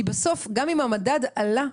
כי בסוף גם אם המדד עלה,